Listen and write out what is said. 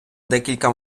декілька